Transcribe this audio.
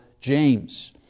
James